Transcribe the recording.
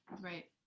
Right